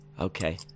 Okay